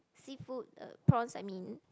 seafood uh prawns I mean